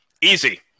Easy